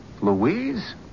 Louise